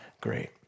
great